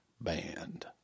band